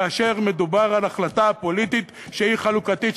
כאשר מדובר על החלטה פוליטית שהיא חלוקתית,